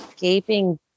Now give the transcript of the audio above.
gaping